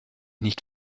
nicht